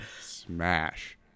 smash